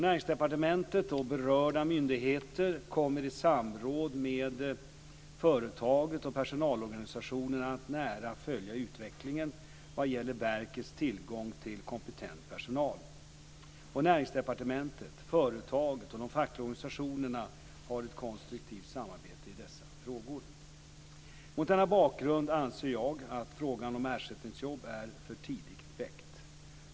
Näringsdepartementet och berörda myndigheter kommer i samråd med företaget och personalorganisationerna att nära följa utvecklingen vad gäller verkets tillgång till kompetent personal. Näringsdepartementet, företaget och de fackliga organisationerna har ett konstruktivt samarbete i dessa frågor. Mot denna bakgrund anser jag att frågan om ersättningsjobb är för tidigt väckt.